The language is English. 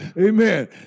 Amen